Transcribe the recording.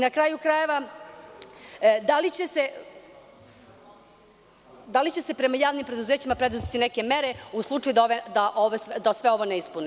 Na kraju krajeva, da li će se prema javnim preduzećima preduzeti neke mere u slučaju da sve ovo ne ispune?